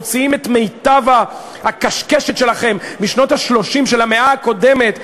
מוציאים את מיטב הקשקשת שלכם משנות ה-30 של המאה הקודמת,